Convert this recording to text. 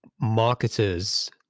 marketers